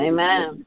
Amen